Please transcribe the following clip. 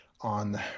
on